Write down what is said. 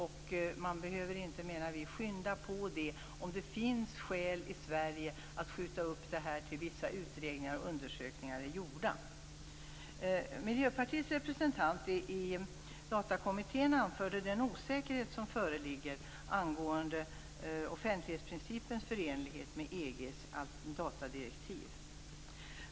Vi menar att man inte behöver påskynda detta om det finns skäl att i Sverige skjuta upp detta tills vissa utredningar och undersökningar är gjorda. Miljöpartiets representant i Datalagskommittén anförde den osäkerhet som föreligger angående offentlighetsprincipens förenlighet med EG:s datadirektiv.